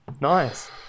Nice